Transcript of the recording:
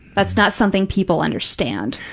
that's not something people understand.